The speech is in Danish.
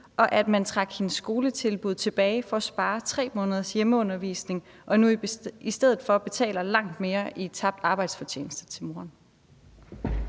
og at man trak hendes skoletilbud tilbage for at spare 3 måneders hjemmeundervisning og nu i stedet for betaler langt mere i tabt arbejdsfortjeneste til moren?